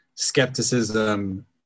skepticism